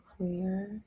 clear